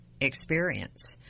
experience